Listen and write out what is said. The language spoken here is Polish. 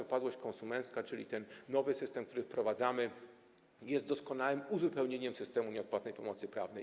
Upadłość konsumencka, ten nowy system, który wprowadzamy, jest doskonałym uzupełnieniem systemu nieodpłatnej pomocy prawnej.